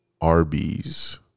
Arby's